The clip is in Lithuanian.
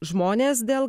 žmonės dėl